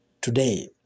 today